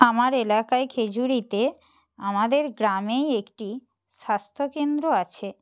আমার এলাকায় খেজুরিতে আমাদের গ্রামেই একটি স্বাস্থ্য কেন্দ্র আছে